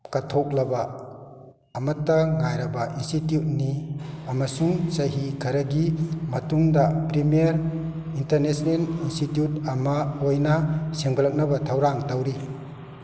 ꯀꯠꯊꯣꯛꯂꯕ ꯑꯃꯠꯇ ꯉꯥꯏꯔꯕ ꯏꯟꯁꯇꯤꯇ꯭ꯋꯨꯠꯅꯤ ꯑꯃꯁꯨꯡ ꯆꯍꯤ ꯈꯔꯒꯤ ꯃꯇꯨꯡꯗ ꯄ꯭꯭ꯔꯤꯃꯤꯌꯔ ꯏꯟꯇꯔꯅꯦꯁꯅꯦꯟ ꯏꯟꯁꯇꯤꯇ꯭ꯋꯨꯠ ꯑꯃ ꯑꯣꯏꯅ ꯁꯦꯝꯒꯠꯂꯛꯅꯕ ꯊꯧꯔꯥꯡ ꯇꯧꯔꯤ